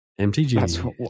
MTG